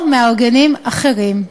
או מארגנים אחרים.